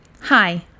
Hi